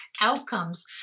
outcomes